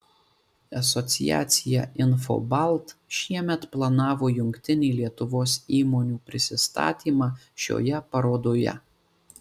asociacija infobalt šiemet planavo jungtinį lietuvos įmonių prisistatymą šioje parodoje